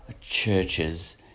churches